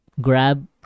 grab